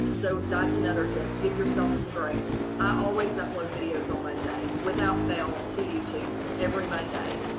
so that's another tip, give yourself some grace. i always upload videos on monday without fail to youtube every monday.